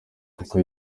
coco